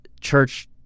church